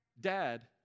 Dad